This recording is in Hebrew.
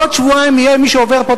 בעוד שבועיים יהיה מי שעובר פה,